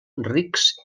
rics